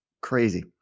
Crazy